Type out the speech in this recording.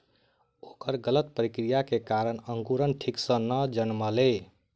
ओकर गलत प्रक्रिया के कारण अंकुरण ठीक सॅ नै जनमलै